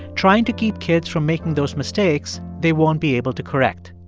trying to keep kids from making those mistakes they won't be able to correct.